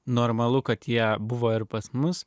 normalu kad jie buvo ir pas mus